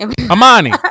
Amani